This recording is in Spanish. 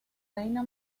reina